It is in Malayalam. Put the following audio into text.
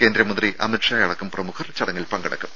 കേന്ദ്രമന്ത്രി അമിത്ഷാ അടക്കം പ്രമുഖർ ചടങ്ങിൽ പങ്കെടുക്കും